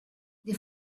they